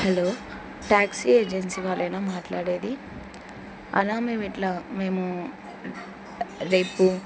hello taxi agency వాళ్ళేనా మాట్లాడేది అన్నా మేము ఇలా మేము రేపు